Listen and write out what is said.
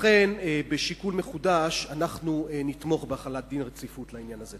לכן בשיקול מחודש אנחנו נתמוך בהחלת דין רציפות בעניין הזה.